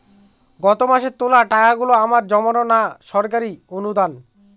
গত মাসের তোলা টাকাগুলো আমার জমানো না সরকারি অনুদান?